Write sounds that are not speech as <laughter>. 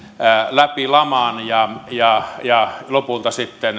läpi laman ja lopulta sitten <unintelligible>